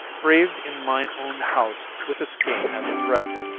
brav'd in mine own house with a skein of thread!